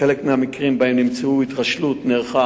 בחלק מהמקרים שבהם נמצאה התרשלות נערכה